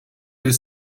bir